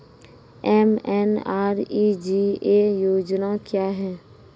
MNREGA योजना क्या हैं?